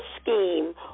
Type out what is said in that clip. scheme